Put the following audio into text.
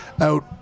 out